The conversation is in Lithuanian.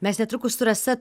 mes netrukus su rasa